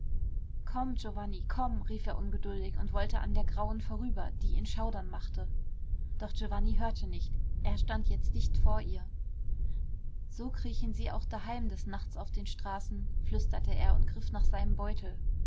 komm giovanni komm rief er ungeduldig und wollte an der grauen vorüber die ihn schaudern machte doch giovanni hörte nicht er stand jetzt dicht vor ihr so kriechen sie auch daheim des nachts auf den straßen flüsterte er und griff nach seinem beutel